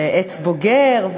עץ בוגר,